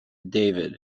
david